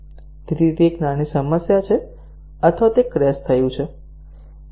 તે એક નાની સમસ્યા છે અથવા તે ક્રેશ થયું છે